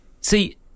See